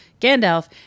Gandalf